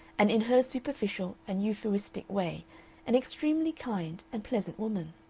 and in her superficial and euphuistic way an extremely kind and pleasant woman.